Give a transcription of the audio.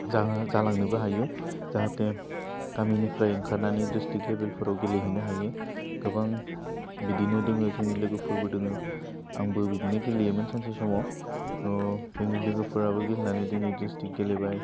जाङो जालांनोबो हायो जाहाथे गामिनिफ्राय ओंखारनानै ड्रिस्टिक्ट लेभेलफोराव गेलेहैनो हायो गोबां बिदिनो दोङो जोंनि लोगोफोरबो दोङो आंबो बिदिनो गेलेयोमोन सानसे समाव थह जोंनि लोगोफोराबो गेलेनानै दिनै ड्रिस्टिक्ट गेलेबाय